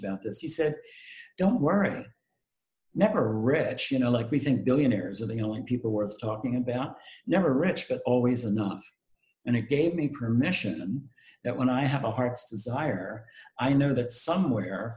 about this he said don't worry never rich you know everything billionaires are the only people worth talking about never rich but always enough and it gave me permission that when i have a heart's desire i know that somewhere